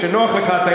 כשנוח לך,